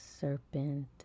serpent